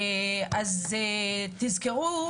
תזכרו,